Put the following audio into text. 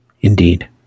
Indeed